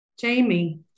Jamie